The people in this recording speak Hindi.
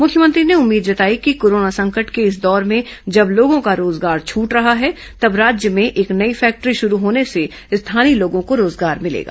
मुख्यमंत्री ने उम्मीद जताई कि कोरोना संकट के इस दौर में जब लोगों का रोजगार छूट रहा है तब राज्य में एक नई फैक्टरी शुरू होने से स्थानीय लोगों को रोजगार मिलेगा